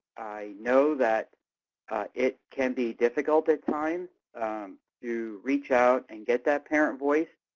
know that it can be difficult at times to reach out and get that parent voice.